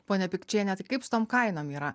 pone pikčienė tai kaip su tom kainom yra